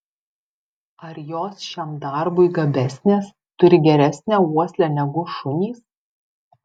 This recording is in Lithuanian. ar jos šiam darbui gabesnės turi geresnę uoslę negu šunys